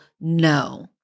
no